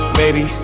baby